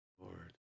Lord